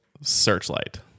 Searchlight